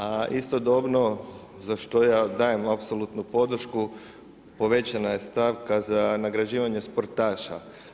A istodobno za što ja dajem apsolutnu podršku povećana je stavka za nagrađivanje sportaša.